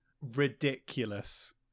ridiculous